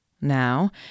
Now